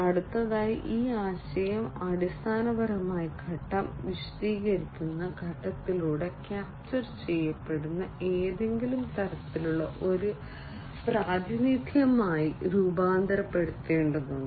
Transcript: അടുത്തതായി ഈ ആശയം അടിസ്ഥാനപരമായി ഘട്ടം വിശദീകരണ ഘട്ടത്തിലൂടെ ക്യാപ്ചർ ചെയ്യപ്പെടുന്ന ഏതെങ്കിലും തരത്തിലുള്ള ഒരു പ്രാതിനിധ്യമായി രൂപാന്തരപ്പെടുത്തേണ്ടതുണ്ട്